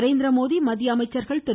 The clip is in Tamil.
நரேந்திரமோடி மத்திய அமைச்சர்கள் திரு